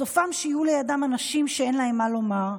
סופם שיהיו לידם אנשים שאין להם מה לומר.